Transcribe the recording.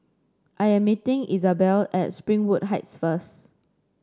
I am meeting Isabell at Springwood Heights first